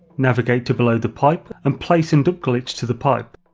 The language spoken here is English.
navigate to below the pipe and place and up glitch to the pipe,